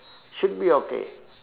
should be okay